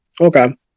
Okay